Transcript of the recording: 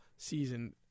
Season